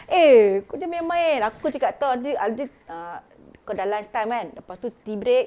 eh kau jangan main-main aku cakap kau nanti ah nanti uh kalau sudah lunch time kan lepas tu tea break